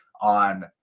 on